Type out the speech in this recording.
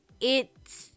it's-